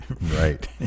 Right